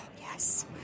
Yes